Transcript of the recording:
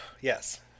Yes